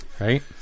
Right